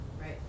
Right